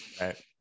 right